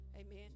Amen